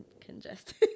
congested